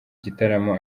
gitaramo